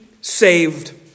saved